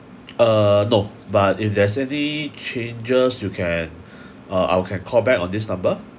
uh no but if there's any changes you can uh I can call back on this number